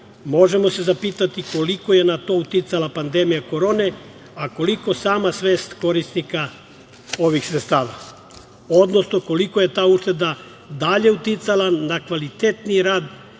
se zapitati koliko je na to uticala pandemija korone, a koliko sama svest korisnika ovih sredstava, odnosno koliko je ta ušteda dalje uticala na kvalitetniji rad